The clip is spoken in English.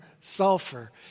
sulfur